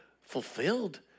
fulfilled